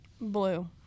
Blue